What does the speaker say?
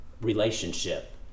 relationship